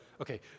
Okay